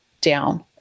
down